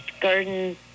garden